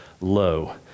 low